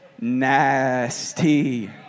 Nasty